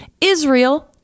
Israel